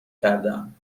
کردهام